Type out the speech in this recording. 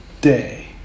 day